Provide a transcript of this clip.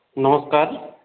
নমস্কার